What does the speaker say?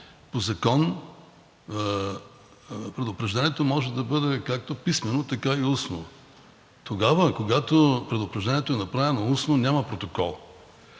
по Закон предупреждението може да бъде както писмено, така и устно. Тогава, когато предупреждението е направено устно, няма протокол.